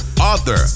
author